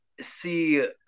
see